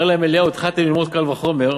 אומר להם אליהו: התחלתם ללמוד קל וחומר,